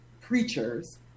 preachers